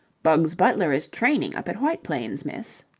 bugs butler is training up at white plains, miss.